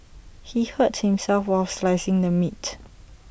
he hurt himself while slicing the meat